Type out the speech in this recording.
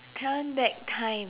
turn back time